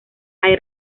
hay